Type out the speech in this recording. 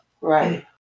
right